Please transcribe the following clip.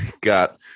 Got